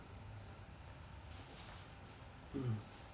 mm